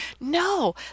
No